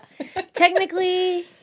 technically